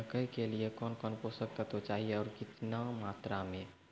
मकई के लिए कौन कौन पोसक तत्व चाहिए आरु केतना मात्रा मे?